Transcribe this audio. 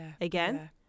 again